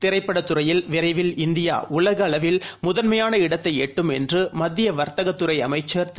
திரைப்படத் துறையில் விரைவில் இந்தியாஉலகில் முதன்மையான இடத்தைஎட்டும் என்றுமத்தியவர்த்தகத் துறைஅமைச்சர் திரு